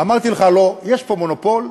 אמרתי לך: הלוא יש פה מונופול.